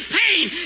pain